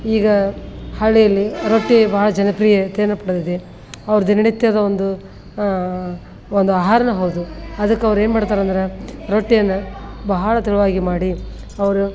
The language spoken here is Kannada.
ಈಗ ಹಳ್ಳಿಯಲ್ಲಿ ರೊಟ್ಟಿ ಭಾಳ ಜನಪ್ರಿಯತೆಯನ್ನು ಪಡೆದಿದೆ ಅವ್ರ ದಿನನಿತ್ಯದ ಒಂದು ಒಂದು ಆಹಾರನು ಹೌದು ಅದಕ್ಕವ್ರು ಏನು ಮಾಡ್ತಾರಂದ್ರೆ ರೊಟ್ಟಿಯನ್ನು ಬಹಳ ತೆಳುವಾಗಿ ಮಾಡಿ ಅವರು